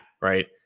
right